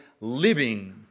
living